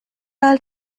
all